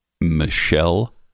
Michelle